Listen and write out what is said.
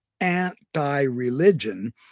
anti-religion